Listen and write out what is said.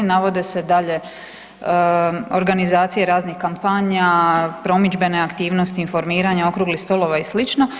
Navode se dalje organizacije raznih kampanja, promidžbene aktivnosti, informiranje, okruglih stolova i slično.